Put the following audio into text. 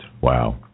Wow